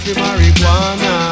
marijuana